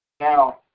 Now